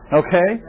okay